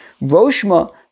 roshma